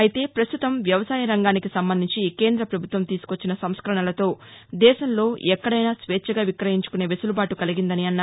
అయితే పస్తుతం వ్యవసాయరంగానికి సంబంధించి కేంద్ర ప్రభుత్వం తీసుకొచ్చిన సంస్కరణలతో దేశంలో ఎక్కడైనా స్వేచ్ఛగా విక్రయించుకునే వెసులుబాటు కలిగిందన్నారు